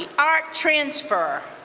arts transfer.